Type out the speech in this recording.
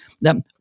Now